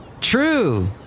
True